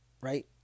Right